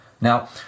Now